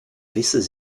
vissen